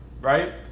right